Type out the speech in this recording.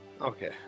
Okay